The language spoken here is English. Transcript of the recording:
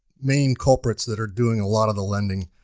main culprits that are doing a lot of the lending.